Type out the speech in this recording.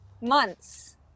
months